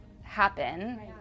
happen